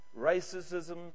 racism